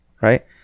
right